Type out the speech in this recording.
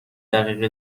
دقیقه